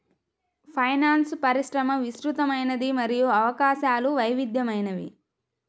finance పరిశ్రమ విస్తృతమైనది మరియు అవకాశాలు వైవిధ్యమైనవి